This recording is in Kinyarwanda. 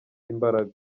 imbaraga